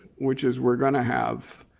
which is we're gonna have